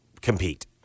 compete